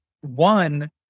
one